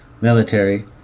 military